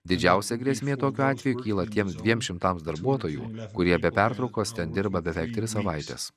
didžiausia grėsmė tokiu atveju kyla tiems dviems šimtams darbuotojų kurie be pertraukos ten dirba beveik tris savaites